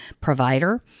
provider